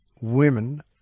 women